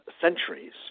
centuries